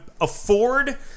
afford